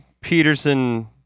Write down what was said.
Peterson